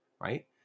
right